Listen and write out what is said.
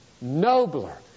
nobler